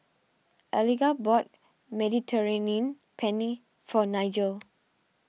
Eliga bought Mediterranean Penne for Nigel